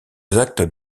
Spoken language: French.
exact